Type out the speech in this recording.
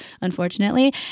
unfortunately